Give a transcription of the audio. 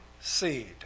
seed